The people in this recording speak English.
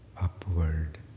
upward